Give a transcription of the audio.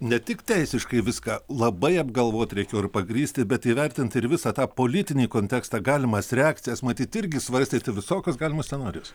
ne tik teisiškai viską labai apgalvot reikėjo ir pagrįsti bet įvertinti ir visą tą politinį kontekstą galimas reakcijas matyt irgi svarstėt visokius galimus scenarijus